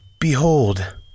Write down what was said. Behold